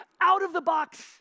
out-of-the-box